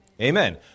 Amen